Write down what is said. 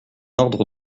ordre